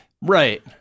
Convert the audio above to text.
Right